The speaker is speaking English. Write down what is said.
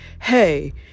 Hey